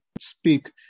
speak